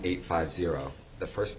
eight five zero the first